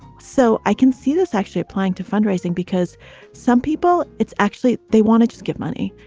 so i can see this actually applying to fundraising because some people it's actually they wanted to give money.